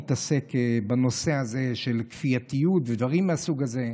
מתעסק בנושא הזה של כפייתיות ודברים מהסוג הזה,